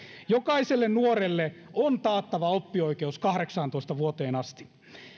jokaiselle nuorelle on taattava oppioikeus kahdeksaantoista vuoteen asti